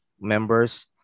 members